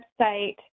website